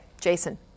Jason